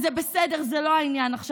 זה בסדר, זה לא העניין עכשיו.